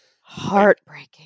heartbreaking